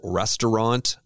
restaurant